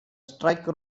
strike